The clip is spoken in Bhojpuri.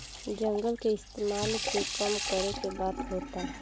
जंगल के इस्तेमाल के कम करे के बात होता